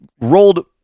rolled